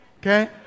okay